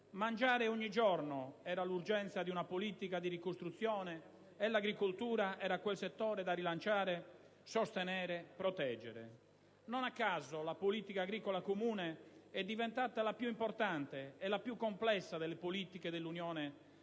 mangiare ogni giorno era l'urgenza di una politica di ricostruzione e l'agricoltura era quel settore da rilanciare, sostenere e proteggere. Non a caso la PAC è diventata la più importante e la più complessa delle politiche dell'Unione,